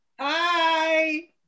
Hi